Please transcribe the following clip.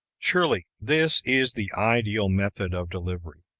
surely this is the ideal method of delivery.